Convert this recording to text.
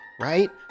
Right